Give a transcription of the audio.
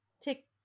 take